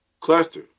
Cluster